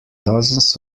dozens